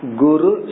guru